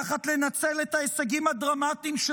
תחת ניצול ההישגים הדרמטיים של